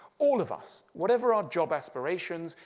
all of us, whatever our job aspirations,